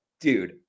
dude